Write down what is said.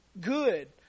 good